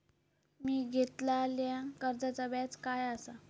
मी घेतलाल्या कर्जाचा व्याज काय आसा?